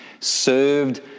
Served